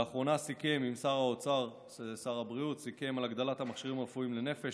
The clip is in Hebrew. לאחרונה סיכם שר הבריאות עם שר האוצר על הגדלת המכשירים הרפואיים לנפש,